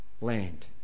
land